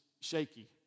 shaky